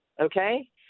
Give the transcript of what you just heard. okay